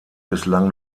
bislang